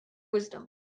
wisdom